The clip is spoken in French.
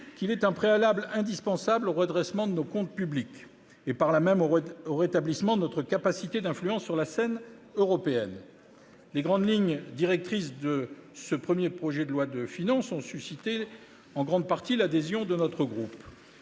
qu'il est un préalable indispensable au redressement de nos comptes publics et, par là même, au rétablissement de notre capacité d'influence sur la scène européenne. Les grandes lignes directrices de ce premier projet de loi de finances ont suscité en grande partie l'adhésion de notre groupe.